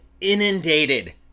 inundated